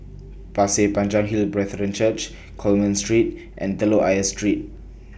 Pasir Panjang Hill Brethren Church Coleman Street and Telok Ayer Street